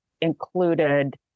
included